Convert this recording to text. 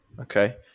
Okay